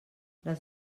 les